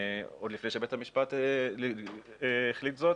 עוד לפני שבית המשפט החליט זאת,